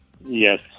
Yes